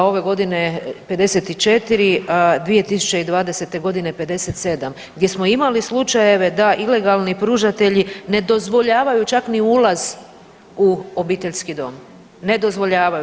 Ove godine 54, 2020. godine 57 gdje smo imali slučajeve da ilegalni pružatelji ne dozvoljavaju čak ni ulaz u obiteljski dom, ne dozvoljavaju.